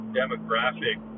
demographic